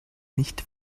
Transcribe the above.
nicht